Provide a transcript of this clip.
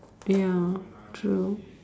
ya true